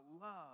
love